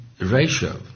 ratio